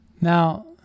Now